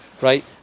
right